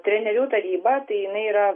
trenerių taryba tai jinai yra